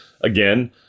again